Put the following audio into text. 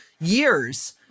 years